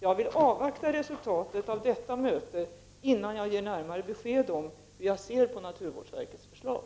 Jag vill avvakta resultatet av detta möte innan jag ger närmare besked om hur jag ser på naturvårdsverkets förslag.